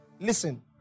Listen